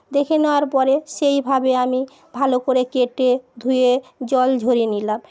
দেখে নেওয়ার পরে সেইভাবে আমি ভালো করে কেটে ধুয়ে জল ঝরিয়ে নিলাম